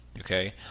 Okay